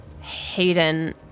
Hayden